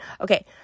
okay